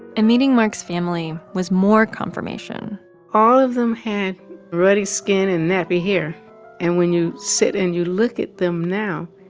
and meeting mark's family was more confirmation all of them had ruddy skin and nappy hair. and when you sit and you look at them now